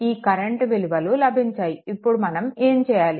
ఈ కరెంట్ విలువలు లభించాయి ఇప్పుడు మనం ఏం చేయాలి